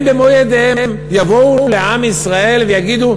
הם במו ידיהם יבואו לעם ישראל ויגידו: